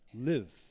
live